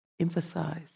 emphasize